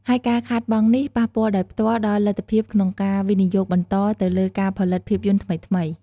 ហើយការខាតបង់នេះប៉ះពាល់ដោយផ្ទាល់ដល់លទ្ធភាពក្នុងការវិនិយោគបន្តទៅលើការផលិតភាពយន្តថ្មីៗ។